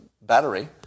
battery